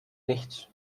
nichts